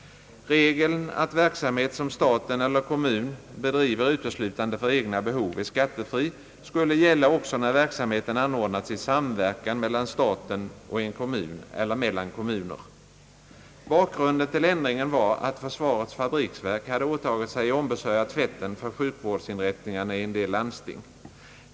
Regeln att verksamhet som staten eller kommun bedriver uteslutande för egna behov är skattefri skulle gälla också när verksamheten anordnats i samverkan mellan staten och en kommun eller mellan kommuner. Bakgrunden till ändringen var att försvarets fabriksverk hade åtagit sig att ombesörja tvätten för sjukvårdsinrättningarna i en del landsting.